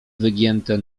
wygięte